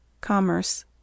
Commerce